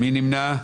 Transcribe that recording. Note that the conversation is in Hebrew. לא אושרה.